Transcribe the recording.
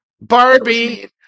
Barbie